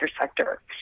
sector